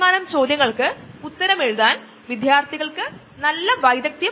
അതോടൊപ്പം മോണോക്ലോണൽ ആന്റിബോഡികൾ 80 കളിലും വളരെ സാധരണമായി